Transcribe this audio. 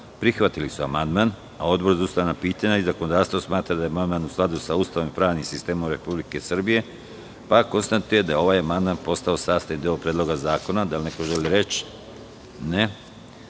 prihvatili su amandman, a Odbor za ustavna pitanja i zakonodavstvo smatra da je amandman u skladu sa Ustavom i pravnim sistemom Republike Srbije, pa konstatujem da je ovaj amandman postao sastavni deo Predloga zakona. Da li neko želi reč?